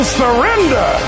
surrender